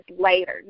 later